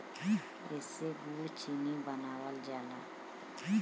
एसे गुड़ चीनी बनावल जाला